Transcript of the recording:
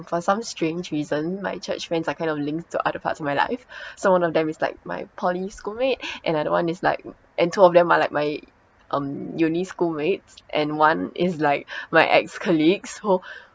for some strange reason my church friends are kind of linked to other parts of my life so one of them is like my poly schoolmate another one is like and two of them are like my um uni schoolmates and one is like my ex colleagues so